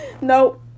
Nope